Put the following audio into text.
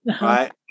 right